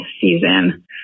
season